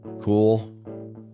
cool